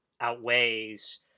outweighs